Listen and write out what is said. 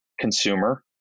consumer